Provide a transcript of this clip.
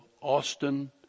austin